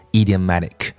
idiomatic，